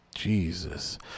Jesus